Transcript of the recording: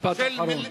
משפט אחרון.